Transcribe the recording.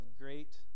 great